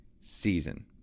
season